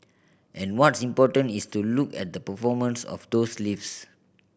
and what's important is to look at the performance of those lifts